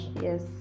Yes